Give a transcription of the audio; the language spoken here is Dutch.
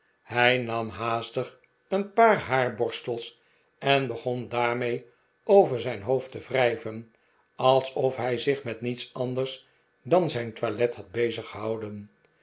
hij nam haastig een paar haarborstels en begon daarmee over zijn hoofd te wrijven alsof hij zich met niets anders dan zijn toilet had